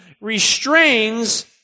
restrains